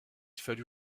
fallut